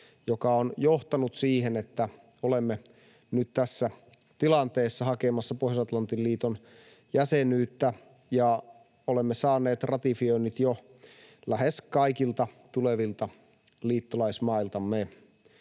joka on johtanut siihen, että olemme nyt tässä tilanteessa hakemassa Pohjois-Atlantin liiton jäsenyyttä ja olemme saaneet ratifioinnit jo lähes kaikilta tulevilta liittolaismailtamme,